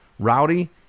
Rowdy